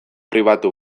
pribatu